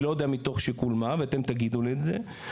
אני לא יודע מתוך איזה שיקול, אתם תגידו לי את זה.